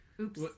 Oops